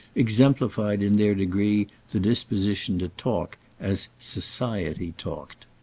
exemplified in their degree the disposition to talk as society talked.